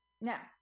now